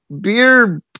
beer